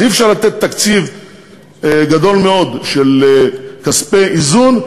אז אי-אפשר לתת תקציב גדול מאוד של כספי איזון,